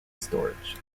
storage